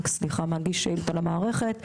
מגיש שאילתה למערכת,